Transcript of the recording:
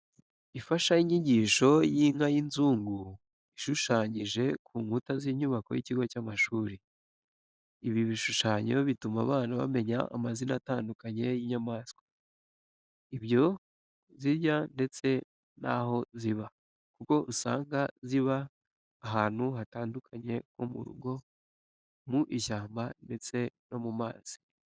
Imfashanyigisho y'inka y'inzungu ishushanyije ku nkuta z'inyubako y'ikigo cy'amashuri. Ibi bishushanyo bituma abana bamenya amazina atandukanye y'inyamaswa, ibyo zirya ndetse n'aho ziba, kuko usanga ziba ahantu hatandukanye nko mu rugo, mu ishyamba ndetse no mu mazi.